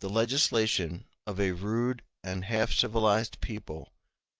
the legislation of a rude and half-civilized people